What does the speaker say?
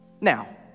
now